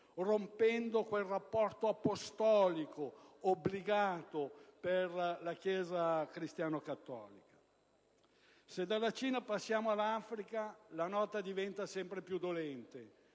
rompendo quel rapporto apostolico obbligato per la Chiesa cristiano-cattolica. Se dalla Cina passiamo all'Africa, le note diventano sempre più dolente.